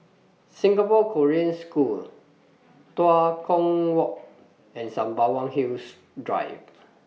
Singapore Korean School Tua Kong Walk and Sembawang Hills Drive